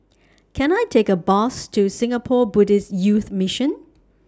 Can I Take A Bus to Singapore Buddhist Youth Mission